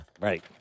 Right